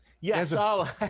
Yes